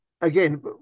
again